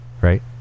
right